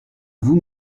vous